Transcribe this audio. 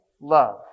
love